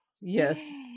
yes